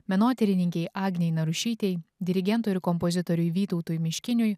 menotyrininkei agnei narušytei dirigentui ir kompozitoriui vytautui miškiniui